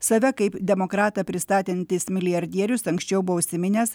save kaip demokratą pristatantys milijardierius anksčiau buvo užsiminęs